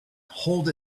hold